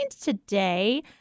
today